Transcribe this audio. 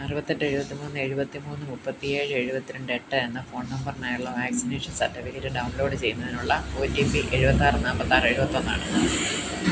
അറുപത്തെട്ട് എഴുപത്തിമൂന്ന് എഴുപത്തിമൂന്ന് മുപ്പത്തിയേഴ് എഴുപത്തിരണ്ട് എട്ട് എന്ന ഫോൺ നമ്പറിനായുള്ള വാക്സിനേഷൻ സർട്ടിഫിക്കറ്റ് ഡൗൺലോഡ് ചെയ്യുന്നതിനുള്ള ഒ റ്റി പി എഴുപത്താറ് നാൽപ്പത്താറ് എഴുപത്തൊന്ന് ആണ്